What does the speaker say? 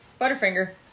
Butterfinger